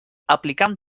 aplicant